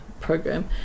Program